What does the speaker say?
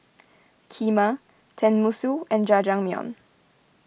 Kheema Tenmusu and Jajangmyeon